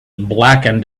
blackened